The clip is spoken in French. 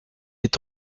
est